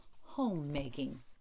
home-making